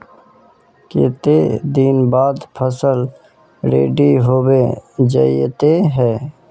केते दिन बाद फसल रेडी होबे जयते है?